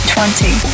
Twenty